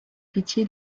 pitié